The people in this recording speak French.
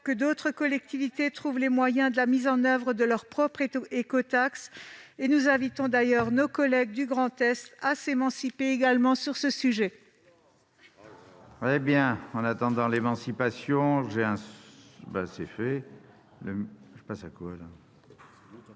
que d'autres collectivités trouvent les moyens de mettre en oeuvre de leur propre écotaxe. Nous invitons d'ailleurs nos collègues du Grand Est à s'émanciper, eux aussi, sur ce sujet.